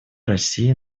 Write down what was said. россии